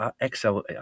Excel